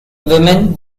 women